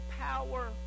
power